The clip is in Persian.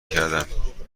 کردم